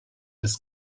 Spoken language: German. des